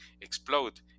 explode